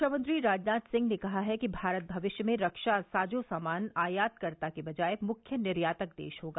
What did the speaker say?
रक्षामंत्री राजनाथ सिंह ने कहा है कि भारत भविष्य में रक्षा साजो सामान आयातकर्ता की बजाय मुख्य निर्यातक देश होगा